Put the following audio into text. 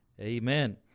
Amen